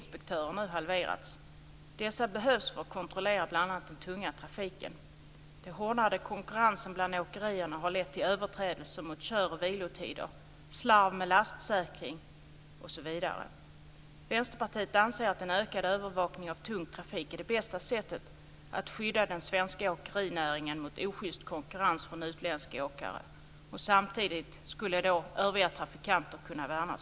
Det har faktiskt gått ned med 7 000 personer under 90-talet. Målet är nu att få ned det till 27 000 döda år 2010. Fru talman! En av de frågor som vi har tagit upp i utskottet är den dåliga statistiken. Hur många blir egentligen skadade vid trafikolyckor?